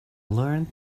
learned